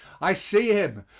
i see him,